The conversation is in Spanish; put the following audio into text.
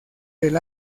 del